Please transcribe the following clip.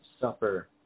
supper